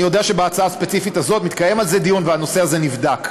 אני יודע שבהצעה הספציפית הזאת מתקיים על זה דיון והנושא הזה נבדק.